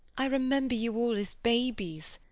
i remember you all as babies,